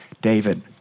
David